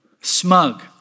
smug